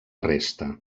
resta